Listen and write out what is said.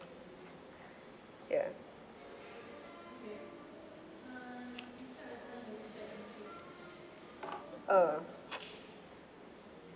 ya uh